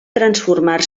transformar